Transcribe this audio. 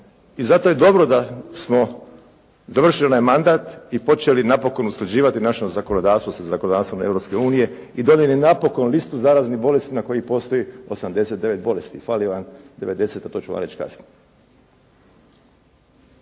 i zato je dobro da smo završili onaj mandat i počeli napokon usklađivati naše zakonodavstvo sa zakonodavstvom Europske unije i donijeli napokon listu zaraznih bolesti na kojoj postoji 89 bolesti. Fali vam 90, a to ću vam reći kasnije.